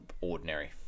ordinary